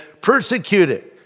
persecuted